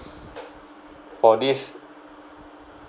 for this